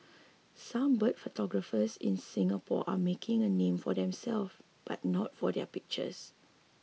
some bird photographers in Singapore are making a name for themselves but not for their pictures